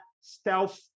stealth